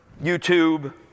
YouTube